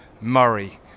Murray